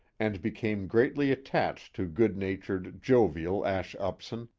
and became greatly attached to good natured, jovial, ash upson,